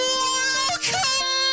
welcome